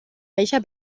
welcher